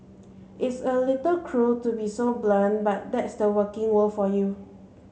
it's a little cruel to be so blunt but that's the working world for you